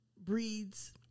breeds